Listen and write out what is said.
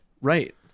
Right